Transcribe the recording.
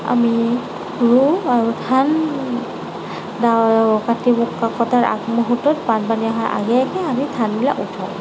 আমি ৰুওঁ আৰু ধান দাওঁ কাটিব কটাৰ আগমুহূৰ্তত বানপানী অহাৰ আগে আগে আমি ধানবিলাক উঠাওঁ